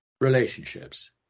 relationships